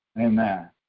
Amen